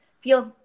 feels